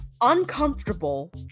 uncomfortable